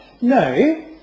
no